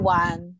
one